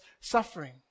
suffering